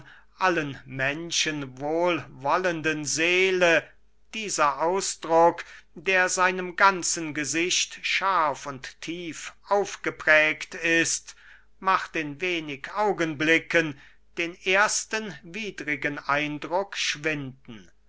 allen menschen wohlwollenden seele dieser ausdruck der seinem ganzen gesicht scharf und tief aufgeprägt ist macht in wenig augenblicken den ersten widrigen eindruck schwinden